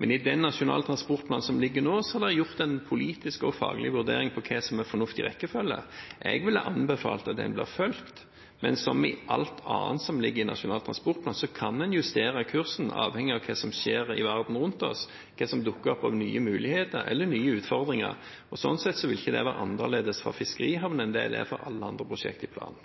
Men i den nasjonale transportplanen som foreligger nå, er det gjort en politisk og faglig vurdering av hva som er fornuftig rekkefølge. Jeg ville ha anbefalt at den ble fulgt, men som med alt annet som ligger i Nasjonal transportplan, kan en justere kursen avhengig av hva som skjer i verden rundt oss, og hva som dukker opp av nye muligheter eller nye utfordringer. Slik sett vil ikke det være annerledes for fiskerihavner enn det er for alle andre prosjekt i planen.